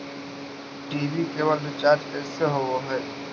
TV केवल recharge कैसे होब हइ?